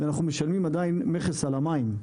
אנחנו משלמים עדיין מכס על המים.